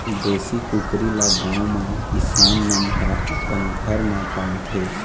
देशी कुकरी ल गाँव म किसान मन ह अपन घर म पालथे